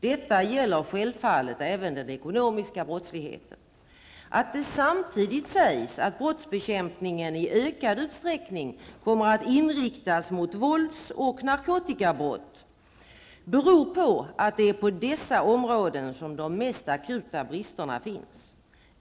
Detta gäller självfallet även den ekonomiska brottsligheten. Att det samtidigt sägs att brottsbekämpningen i ökad utsträckning kommer att inriktas mot vålds och narkotikabrott beror på att det är på dessa områden som de mest akuta bristerna finns.